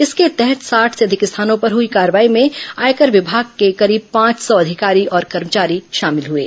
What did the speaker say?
इसके तहत साठ से अधिक स्थानों पर हुई कार्रवाई में आयकर विभाग के करीब पांच सौ अधिकारी और कर्मचारी शामिल थे